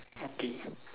okay